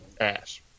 ass